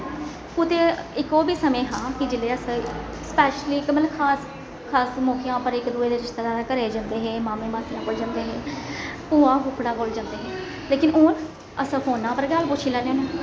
कुतै इक ओह् बी समें हा कि जिसलै अस स्पैशली इक मतलब खास खास मौके उप्पर इक दूए दे रिश्तेदारें दे घरे जंदे हे मामे मासियां कोल जंदे हे बुआ फुफड़ै कोल जंदे हे लेकिन हून अस फोने उप्पर गै हाल पुच्छी लैन्ने होन्ने